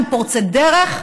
אנחנו פורצי דרך,